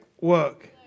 work